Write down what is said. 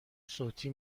صوتی